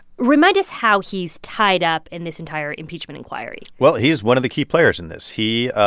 remind us how he's tied up in this entire impeachment inquiry well, he is one of the key players in this. he,